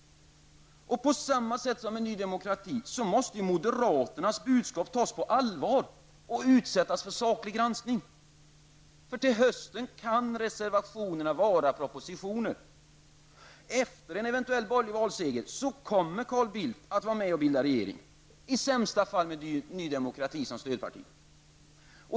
På samma sätt som med Ny Demokrati måste moderaternas budskap tas på allvar och utsättas för saklig granskning. Till hösten kan reservationerna vara propositioner. Efter en eventuell borgerlig valseger så kommer Carl Bildt att vara med och bilda regering. I sämsta fall med Ny Demokrati som stödparti.